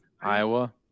Iowa